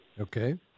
Okay